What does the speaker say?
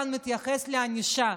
מתייחס גם לענישה,